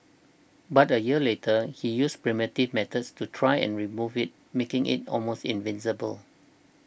but a year later he used primitive methods to try and remove it making it almost invisible